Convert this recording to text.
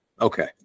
Okay